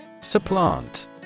Supplant